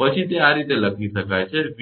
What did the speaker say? પછી તે આ તરીકે લખી શકાય છે તેથી